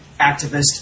activist